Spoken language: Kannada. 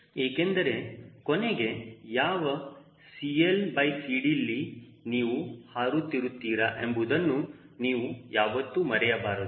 ಏಕೆಂದರೆ ಕೊನೆಗೆ ಯಾವ CLCDಲ್ಲಿ ನೀವು ಹಾರುತ್ತಿರುತ್ತೀರಾ ಎಂಬುವುದನ್ನು ನೀವು ಯಾವತ್ತೂ ಮರೆಯಬಾರದು